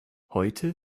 heute